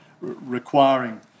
requiring